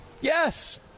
Yes